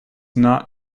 not